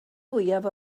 fwyaf